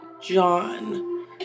john